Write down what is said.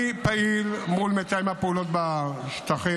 אני פעיל מול מתאם הפעולות בשטחים,